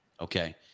okay